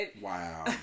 Wow